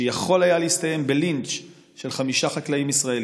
שיכול היה להסתיים בלינץ' של חמישה חקלאים ישראלים,